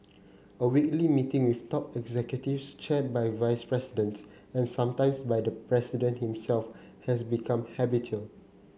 a weekly meeting with top executives chaired by vice presidents and sometimes by the president himself has become habitual